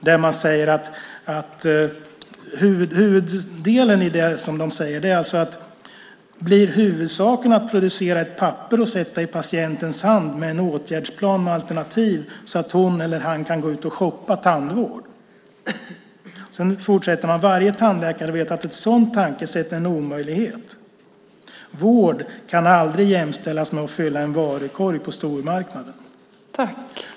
De anser att huvudsaken blir att producera ett papper att sätta i patientens hand med en åtgärdsplan med alternativ så att hon eller han kan gå ut och shoppa tandvård. De anser att varje tandläkare vet att ett sådant tankesätt är en omöjlighet. Vård kan aldrig jämställas med att fylla en varukorg på stormarknaden.